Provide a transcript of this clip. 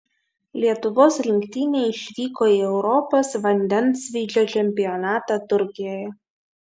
lietuvos rinktinė išvyko į europos vandensvydžio čempionatą turkijoje